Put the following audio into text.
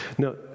No